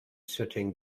sitting